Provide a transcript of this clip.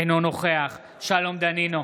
אינו נוכח שלום דנינו,